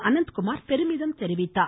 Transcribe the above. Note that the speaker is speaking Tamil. அனந்த்குமார் பெருமிதம் தெரிவித்தார்